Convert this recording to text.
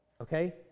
Okay